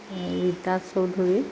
Rita Choudhury